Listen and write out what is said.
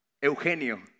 Eugenio